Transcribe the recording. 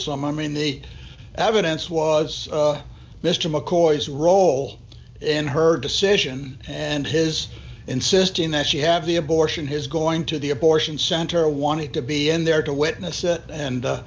fulsome i mean the evidence was mr mccoy's role in her decision and his insisting that she have the abortion his going to the abortion center wanted to be in there to witness it and